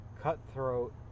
cutthroat